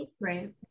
Right